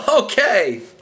okay